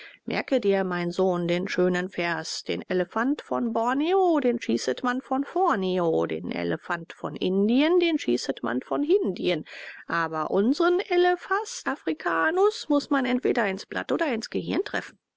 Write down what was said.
merke dir mein sohn den schönen vers den elefant von borneo den schießet man von vorneo den elefant von indien den schießet man von hindien aber unsren elephas africanus muß man entweder ins blatt oder ins gehirn treffen